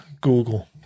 Google